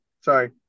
sorry